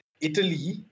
Italy